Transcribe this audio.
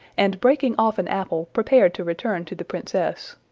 and breaking off an apple, prepared to return to the princess.